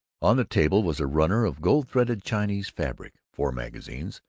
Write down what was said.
on the table was a runner of gold-threaded chinese fabric, four magazines,